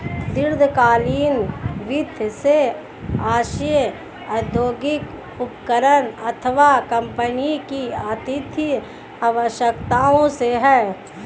दीर्घकालीन वित्त से आशय औद्योगिक उपक्रम अथवा कम्पनी की वित्तीय आवश्यकताओं से है